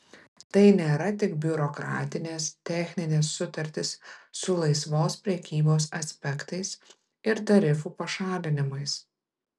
tai nėra tik biurokratinės techninės sutartys su laisvos prekybos aspektais ir tarifų pašalinimais